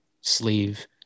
sleeve